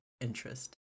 interest